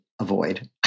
avoid